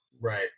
Right